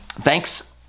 Thanks